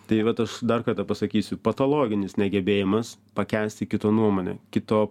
tai vat aš dar kartą pasakysiu patologinis negebėjimas pakęsti kito nuomonę kito